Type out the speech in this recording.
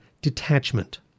detachment